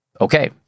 Okay